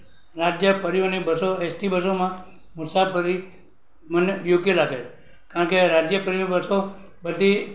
રાજ્ય પરિવહનની બસો એસટી બસોમાં મુસાફરી મને યોગ્ય લાગે છે કારણ કે રાજ્ય પરિવહન બસો બધી